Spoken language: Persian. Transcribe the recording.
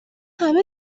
همه